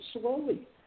slowly